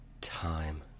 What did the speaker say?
time